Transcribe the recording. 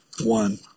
one